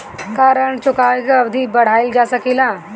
क्या ऋण चुकाने की अवधि बढ़ाईल जा सकेला?